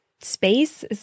space